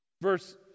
verse